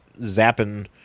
zapping